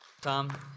Tom